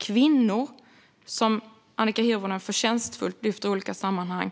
Kvinnor som flyr från krig och förtryck, som Annika Hirvonen förtjänstfullt lyfter fram i olika sammanhang,